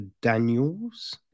Daniels